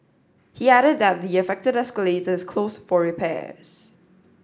he added that the affected escalator is closed for repairs